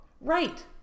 Right